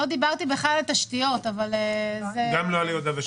לא דיברתי בכלל על תשתיות --- גם לא על יהודה ושומרון.